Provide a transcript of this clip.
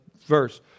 verse